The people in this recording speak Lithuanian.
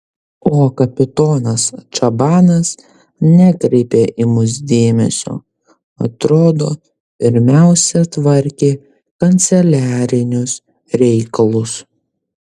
o kapitonas čabanas nekreipė į mus dėmesio atrodo pirmiausia tvarkė kanceliarinius reikalus